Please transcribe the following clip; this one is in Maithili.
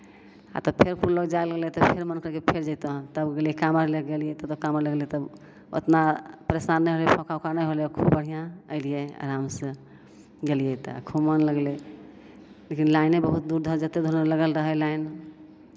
आ तऽ फेर कुल लोक जाय लगलै तऽ फेर मन करि गेलै कि फेर जैतहुँ तब गेलियै काँवर लए कऽ गेलियै तऽ काँवर लऽ गेलियै तऽ उतना रस्तामे नहि होलै फौँका वौँका नहि होलै खूब बढ़िआँ एलियै आरामसँ गेलियै तऽ खूब मन लगलै लेकिन लाइने बहुत दूर धरि जतेक दूर लगल रहै लाइन